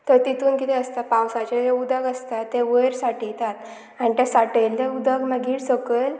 थंय तितून कितें आसता पावसाचें जें उदक आसता तें वयर साठयतात आनी तें साठयल्लें उदक मागीर सकयल